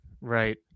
Right